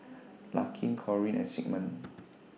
Larkin Corine and Sigmund